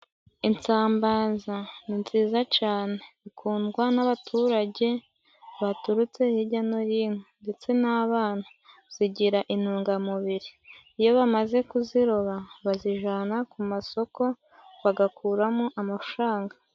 Insambaza ni nziza cane zikundwa n'abaturage baturutse hirya no hino ndetse n'abana, zigira intungamubiri. Iyo bamaze kuziroba bazijana ku masoko bagakuramo amafaranga.